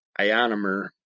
ionomer